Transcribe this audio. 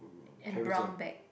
and brown bag